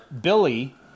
Billy